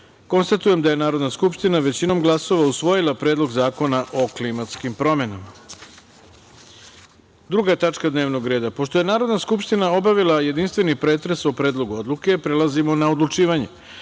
četvoro. Konstatujem da je Narodna skupština većinom glasova usvojila Predlog zakona o klimatskim promenama. Druga tačka dnevnog reda. Pošto je Narodna skupština obavila jedinstveni pretres o Predlogu odluke, prelazimo na odlučivanje. Stavljam